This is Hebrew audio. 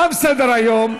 תם סדר-היום.